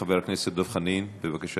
חבר הכנסת דב חנין, בבקשה,